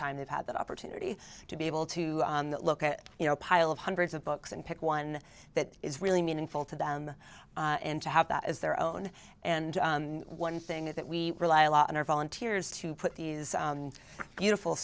time they've had the opportunity to be able to look at you know pile of hundreds of books and pick one that is really meaningful to them and to have that as their own and one thing that we rely a lot on our volunteers to put these beautiful